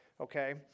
okay